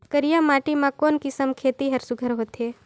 करिया माटी मा कोन किसम खेती हर सुघ्घर होथे?